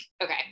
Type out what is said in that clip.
Okay